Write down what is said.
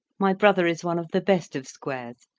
my brother is one of the best of squares,